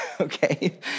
okay